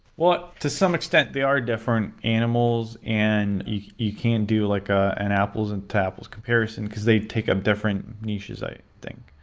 to some extent, they are different animals, and you can do like ah an apples and to apples comparison, because they take a different niches, i think.